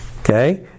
Okay